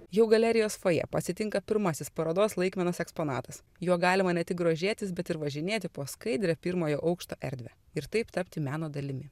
jau galerijos fojė pasitinka pirmasis parodos laikmenos eksponatas juo galima ne tik grožėtis bet ir važinėti po skaidrią pirmojo aukšto erdvę ir taip tapti meno dalimi